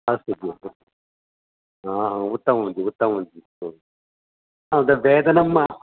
अस्तु जि हा उत्तमं जि उत्तमं जि हु बेदनं